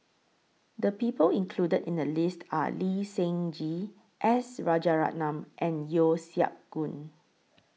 The People included in The list Are Lee Seng Gee S Rajaratnam and Yeo Siak Goon